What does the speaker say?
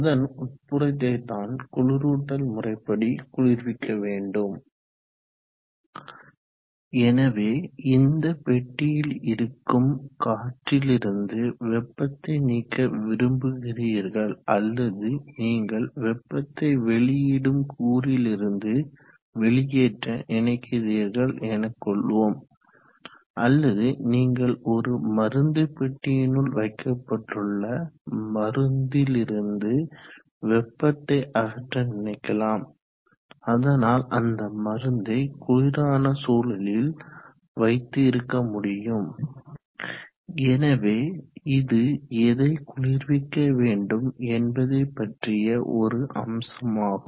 அதன் உட்புறத்தைதான் குளிரூட்டல் முறைப்படி குளிர்விக்க வேண்டும் எனவே இந்த பெட்டியில் இருக்கும் காற்றிலிருந்து வெப்பத்தை நீக்க விரும்புகிறீர்கள் அல்லது நீங்கள் வெப்பத்தை வெளியிடும் கூறிலிருந்து வெளியேற்ற நினைக்கிறீர்கள் எனக்கொள்வோம் அல்லது நீங்கள் ஒரு மருந்து பெட்டியினுள் வைக்கப்பட்டுள்ள மருந்திலிருந்து வெப்பத்தை அகற்ற நினைக்கலாம் அதனால் அந்த மருந்தை குளிரான சூழலில் வைத்து இருக்க முடியும் எனவே இது எதை குளிர்விக்க வேண்டும் என்பதை பற்றிய ஒரு அம்சமாகும்